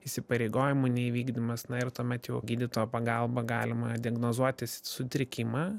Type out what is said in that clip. įsipareigojimų neįvykdymas na ir tuomet jau gydytojo pagalba galima diagnozuoti sutrikimą